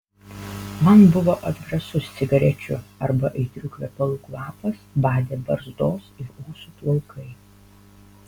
man buvo atgrasus cigarečių arba aitrių kvepalų kvapas badė barzdos ir ūsų plaukai